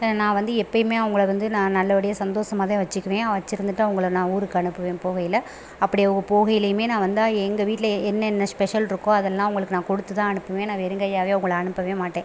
நான் வந்து எப்போயுமே அவங்கள வந்து நான் நல்லபடியா சந்தோஸமாக தான் வச்சுக்குவேன் வச்சுருந்துட்டு அவங்கள நான் ஊருக்கு அனுப்புவேன் போகையில் அப்படி அவங்க போகைலேயுமே நான் வந்தால் எங்கள் வீட்டில் என்னென்ன ஸ்பெஷல்ருக்கோ அதெல்லாம் அவங்களுக்கு நான் கொடுத்து தான் அனுப்புவேன் நான் வெறும் கையாவே அவங்கள அனுப்பவே மாட்டேன்